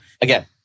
Again